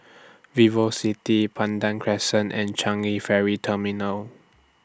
Vivocity Pandan Crescent and Changi Ferry Terminal